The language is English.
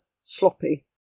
sloppy